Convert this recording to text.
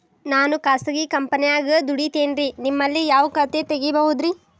ನಾನು ಖಾಸಗಿ ಕಂಪನ್ಯಾಗ ದುಡಿತೇನ್ರಿ, ನಿಮ್ಮಲ್ಲಿ ಯಾವ ಖಾತೆ ತೆಗಿಬಹುದ್ರಿ?